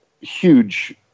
huge